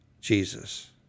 Jesus